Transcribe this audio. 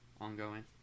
Ongoing